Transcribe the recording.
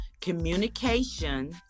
communication